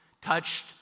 touched